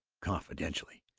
confidentially,